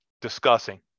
discussing